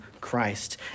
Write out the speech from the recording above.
Christ